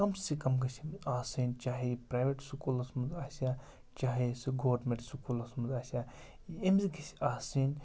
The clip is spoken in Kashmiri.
کَم سے کَم گٔژھِ آسٕنۍ چاہے یہِ پرٮ۪ویٹ سکوٗلَس منٛز آسیا چاہے سُہ گورمنٛٹ سکوٗلَس منٛز آسیا أمِس گژھِ آسٕنۍ